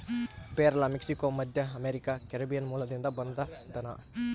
ಪೇರಲ ಮೆಕ್ಸಿಕೋ, ಮಧ್ಯಅಮೇರಿಕಾ, ಕೆರೀಬಿಯನ್ ಮೂಲದಿಂದ ಬಂದದನಾ